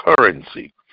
currency